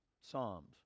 Psalms